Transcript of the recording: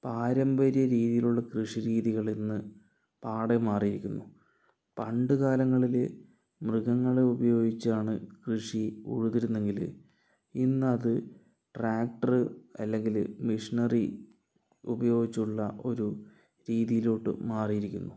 പാരമ്പര്യ രീതിയിലുള്ള കൃഷി രീതികളിന്ന് പാടെ മാറിയിരിക്കുന്നു പണ്ട് കാലങ്ങളിൽ മൃഗങ്ങളെ ഉപയോഗിച്ചാണ് കൃഷി ഉഴുതിരുന്നതെങ്കിൽ ഇന്നത് ട്രാക്ടർ അല്ലെങ്കിൽ മിഷ്നറി ഉപയോഗിച്ചുള്ള ഒരു രീതിയിലോട്ട് മാറിയിരിക്കുന്നു